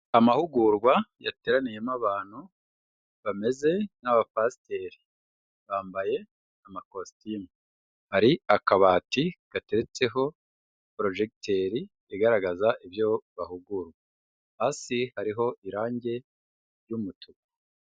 Amahugurwa yateraniyemo abantu bameze nk'abapasiteri, bambaye amakositimu, hari akabati gateretseho porojegiteri igaragaza ibyo bahugurwa, hasi hariho irangi ry'umutuku.